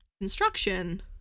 construction